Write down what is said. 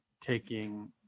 taking